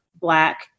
Black